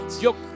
Yo